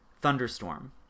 thunderstorm